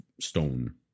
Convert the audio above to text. stone